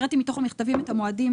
הקראתי מתוך המכתבים את המועדים.